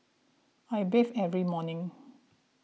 I bathe every morning